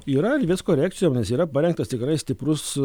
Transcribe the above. yra erdvės korekcijom nes yra parengtas tikrai stiprus